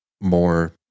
more